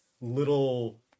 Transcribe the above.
little